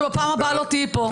שבפעם הבאה לא תהיי פה,